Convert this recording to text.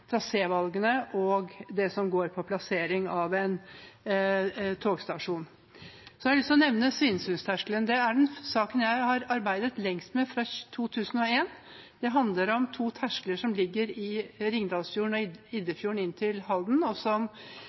og det som går på plassering av en togstasjon. Jeg har lyst til å nevne Svinesundtersklene. Det er den saken jeg har arbeidet lengst med, først i 2001. Det handler om to terskler som ligger i Ringdalsfjorden og Iddefjorden inn til Halden, og